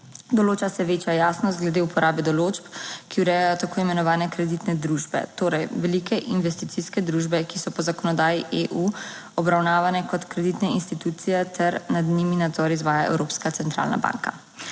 Določa se večja jasnost glede uporabe določb, ki urejajo tako imenovane kreditne družbe. Torej velike investicijske družbe, ki so po zakonodaji EU obravnavane kot kreditne institucije ter nad njimi nadzor izvaja Evropska centralna banka.